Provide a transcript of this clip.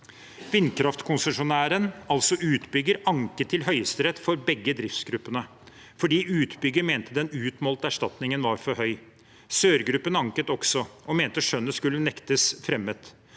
Vindkraftkonsesjonæren, altså utbygger, anket til Høyesterett for begge driftsgruppene fordi utbygger mente den utmålte erstatningen var for høy. Sør-gruppen anket også og mente skjønnet skulle nektes fremmet.